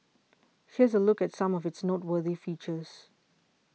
here's a look at some of its noteworthy features